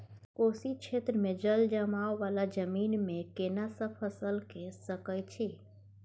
कोशी क्षेत्र मे जलजमाव वाला जमीन मे केना सब फसल के सकय छी?